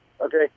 Okay